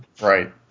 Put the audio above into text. Right